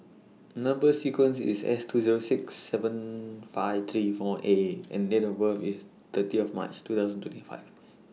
Number sequence IS S two Zero six seven five three four A and Date of birth IS thirty of March two thousand twenty five